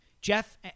Jeff